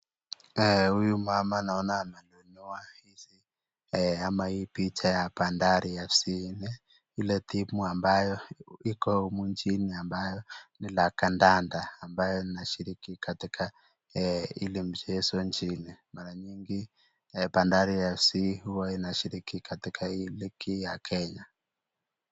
Huyu mama naona ananunua hizi, ama hii picha ya bandari FC . Ile timu ambayo iko humu nchini ambayo ni la kandanda ambayo inashiriki katika eh ile michezo nchini. Mara nyingi bandari FC huwa inashiriki katika hii ligi ya Kenya.